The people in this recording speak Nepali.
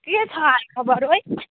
के छ हालखबर है